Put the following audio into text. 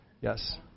Yes